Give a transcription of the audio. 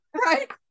right